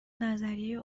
نظریه